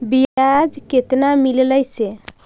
बियाज केतना मिललय से?